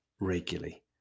regularly